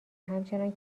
همچنان